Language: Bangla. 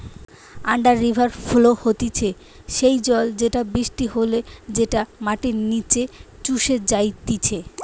আন্ডার রিভার ফ্লো হতিছে সেই জল যেটা বৃষ্টি হলে যেটা মাটির নিচে শুষে যাইতিছে